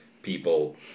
people